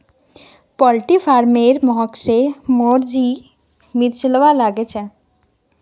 poultry farmer महक स मोर जी मिचलवा लाग छ